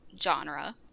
genre